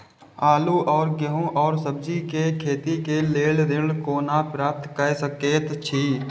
आलू और गेहूं और सब्जी के खेती के लेल ऋण कोना प्राप्त कय सकेत छी?